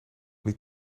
niet